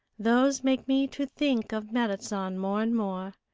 those make me to think of merrit san more and more.